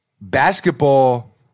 basketball